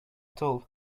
tool